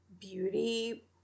beauty